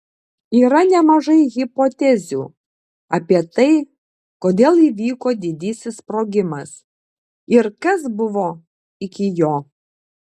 yra nemažai hipotezių apie tai kodėl įvyko didysis sprogimas ir kas buvo iki jo